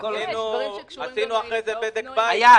אחר כך עשינו בדק בית.